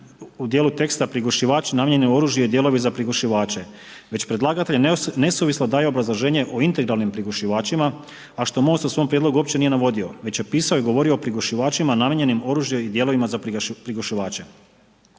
u dijelu teksta prigušivači namijenjeni oružju i dijelovi za prigušivače, će predlagatelj nesuvislo daje obrazloženje o integralnim prigušivačima, a što Most u svom prijedlogu uopće nije navodio već je pisao i govorio o prigušivačima namijenjenim oružju i dijelovima za prigušivače.